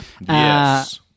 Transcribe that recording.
Yes